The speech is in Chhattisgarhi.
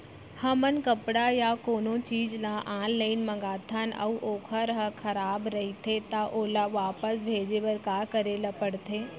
हमन कपड़ा या कोनो चीज ल ऑनलाइन मँगाथन अऊ वोकर ह खराब रहिये ता ओला वापस भेजे बर का करे ल पढ़थे?